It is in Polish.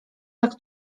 tak